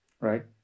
right